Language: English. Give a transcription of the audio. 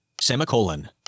Semicolon